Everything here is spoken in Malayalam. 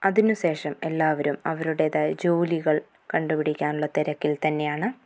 അതിനുശേഷം എല്ലാവരും അവരുടേതായ ജോലികൾ കണ്ടുപിടിക്കാനുള്ള തിരക്കിൽ തന്നെയാണ്